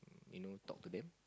you know talk to them